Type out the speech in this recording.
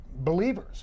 believers